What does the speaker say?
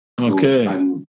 Okay